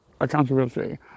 accountability